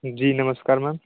जी नमस्कार मैम